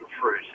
fruit